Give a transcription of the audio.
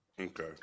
Okay